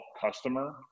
customer